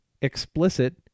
explicit